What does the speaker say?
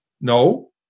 No